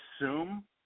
assume